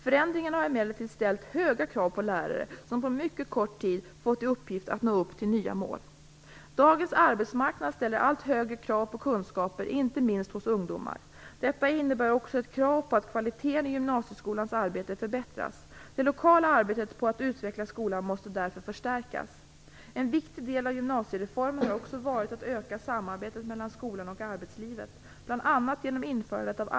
Förändringen har emellertid ställt höga krav på lärare som på mycket kort tid fått i uppgift att nå upp till nya mål. Dagens arbetsmarknad ställer allt högre krav på kunskaper, inte minst hos ungdomar. Detta innebär också ett krav på att kvaliteten i gymnasieskolans arbete förbättras. Det lokala arbetet med att utveckla skolan måste därför förstärkas. En viktig del av gymnasiereformen har också varit att öka samarbetet mellan skolan och arbetslivet, bl.a.